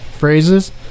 phrases